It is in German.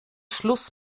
schluss